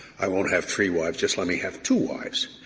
i won't have three wives just let me have two wives.